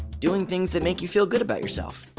doing things that make you feel good about yourself.